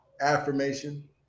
affirmation